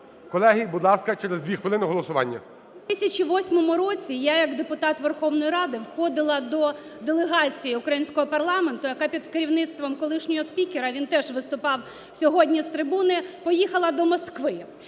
Колеги, будь ласка, через 2 хвилини голосування. 12:12:36 ГЕРАЩЕНКО І.В. У 2008 році я як депутат Верховної Ради входила до делегації українського парламенту, яка під керівництвом колишнього спікера (він теж виступав сьогодні з трибуни) поїхала до Москви.